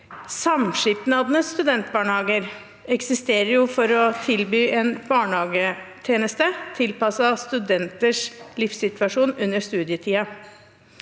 Samskipnadenes studentbarnehager eksisterer for å tilby en barnehagetjeneste tilpasset studenters livssituasjon under studietiden.